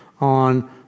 on